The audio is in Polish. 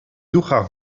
ducha